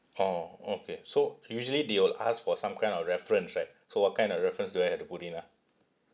orh okay so usually they will ask for some kind of reference right so what kind of reference do I have to put in ah